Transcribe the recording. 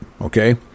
okay